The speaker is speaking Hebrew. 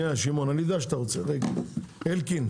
לא היה שום --- אין מע"מ היום,